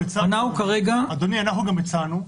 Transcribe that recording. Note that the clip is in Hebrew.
אדוני, אנחנו גם הצענו,